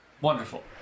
Wonderful